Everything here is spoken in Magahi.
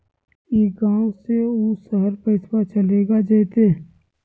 ई गांव से ऊ शहर पैसा चलेगा जयते?